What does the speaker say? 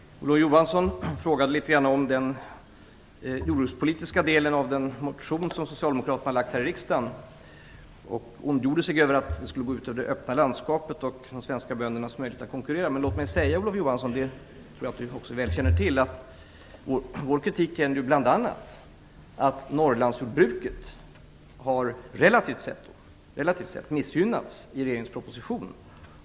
Herr talman! Olof Johansson frågade litet grand om den jordbrukspolitiska delen i den motion som socialdemokraterna har lagt fram här i riksdagen. Han ondgjorde sig över att den skulle gå ut över det öppna landskapet och de svenska böndernas möjligheter att konkurrera. Men låt mig säga, Olof Johansson, att vår kritik bl.a. riktar sig mot att Norrlandsjordbruket relativt sett har missgynnats i regeringspropositionen.